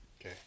Okay